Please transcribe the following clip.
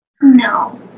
No